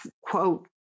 quote